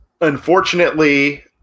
unfortunately